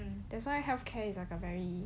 and that's why healthcare is like a very